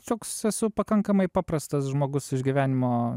toks esu pakankamai paprastas žmogus iš gyvenimo